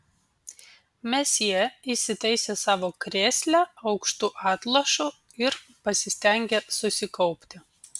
mesjė įsitaisė savo krėsle aukštu atlošu ir pasistengė susikaupti